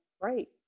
right